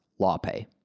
LawPay